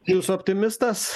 jūs optimistas